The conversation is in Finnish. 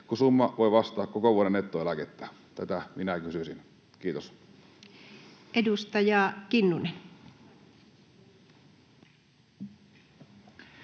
kun summa voi vastata koko vuoden nettoeläkettä? Tätä minä kysyisin. — Kiitos. Edustaja Kinnunen.